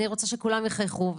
אני רוצה שכולם יחייכו,